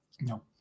No